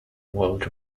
world